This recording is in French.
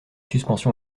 suspension